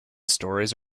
stories